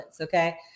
okay